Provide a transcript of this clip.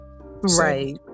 Right